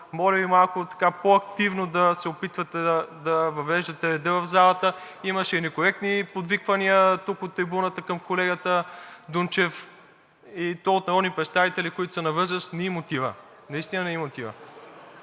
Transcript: моля Ви малко по-активно да се опитвате да въвеждате ред в залата. Имаше и некоректни подвиквания тук от трибуната към колегата Дунчев, и то от народни представители, които са на възраст – не им отива. Наистина не им отива.